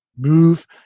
move